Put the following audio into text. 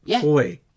toy